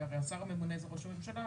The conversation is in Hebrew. כי הרי השר הממונה זה ראש הממשלה,